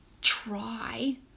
try